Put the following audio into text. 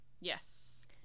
Yes